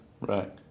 Right